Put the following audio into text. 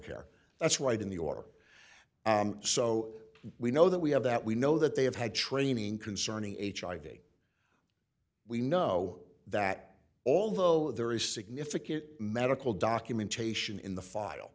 care that's right in the order and so we know that we have that we know that they have had training concerning hiv we know that although there is significant medical documentation in the file